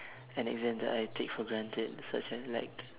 an exam that I take for granted such as like